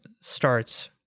starts